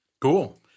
Cool